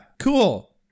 cool